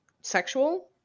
sexual